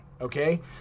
Okay